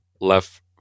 left